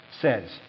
says